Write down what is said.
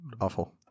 awful